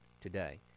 today